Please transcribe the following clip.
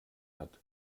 hat